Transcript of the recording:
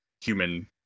human